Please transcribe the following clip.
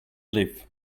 live